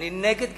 אני נגד גזענות,